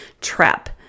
trap